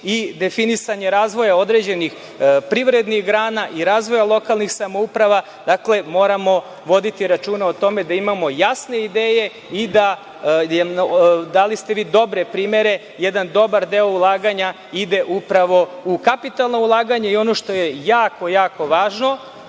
i definisanje razvoja određenih privrednih grana i razvoja lokalnih samouprava moramo voditi računa o tome da imamo jasne ideje i, dali ste vi dobre primere, jedan dobar deo ulaganja ide upravo u kapitalna ulaganja. Ono što je jako, jako važno,